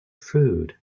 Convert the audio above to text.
food